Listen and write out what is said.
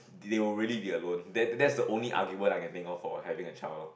they'll really be alone that that's the only argument I can think of for having a child lor